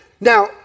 now